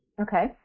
Okay